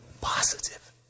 positive